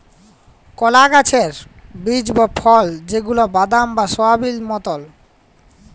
কলা গাহাচের বীজ বা ফল যেগলা বাদাম বা সয়াবেল মতল